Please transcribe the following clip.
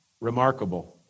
Remarkable